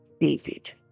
David